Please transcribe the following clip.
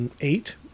eight